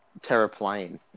Terraplane